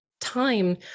time